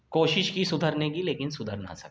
کوشش کی سدھرنے کی لیکن سدھر نہ سکا